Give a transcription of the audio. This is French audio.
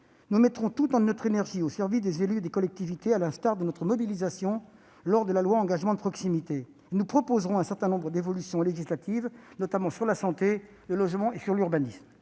nous mettrons toute notre énergie au service des élus et des collectivités, à l'image de notre mobilisation lors de la loi Engagement et proximité, et nous proposerons un certain nombre d'évolutions législatives, notamment sur la santé, le logement et l'urbanisme.